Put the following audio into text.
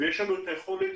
יש לנו את היכולת,